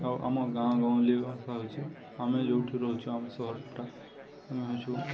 ଆଉ ଆମ ଗାଁ ଗାଉଁଲି ଭାଷା ହେଉଛିି ଆମେ ଯୋଉଠି ରହୁଛୁ ଆମ ସହରଟା ଆମେ ହେଉଛୁ